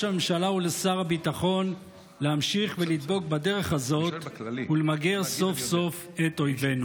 הממשלה ולשר הביטחון להמשיך לדבוק בדרך הזאת ולמגר סוף-סוף את אויבינו.